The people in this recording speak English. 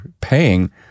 paying